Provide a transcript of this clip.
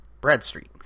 Bradstreet